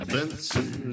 Benson